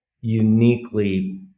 uniquely